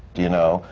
do you know?